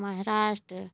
Maharashtra